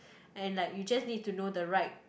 and like you just need to know the right